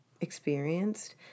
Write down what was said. Experienced